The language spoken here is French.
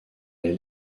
les